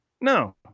No